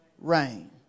rain